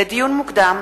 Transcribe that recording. לדיון מוקדם: